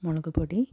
മുളക്പൊടി